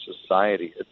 society